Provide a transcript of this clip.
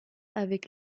avec